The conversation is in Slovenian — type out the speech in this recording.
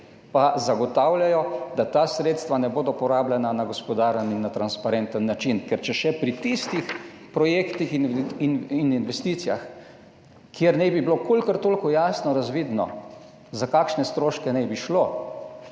pa zagotavlja, da ta sredstva ne bodo porabljena na gospodaren in na transparenten način. Ker če imate še pri tistih projektih in investicijah, kjer naj bi bilo kolikor toliko jasno razvidno, za kakšne stroške naj bi šlo,